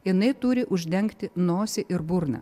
jinai turi uždengti nosį ir burną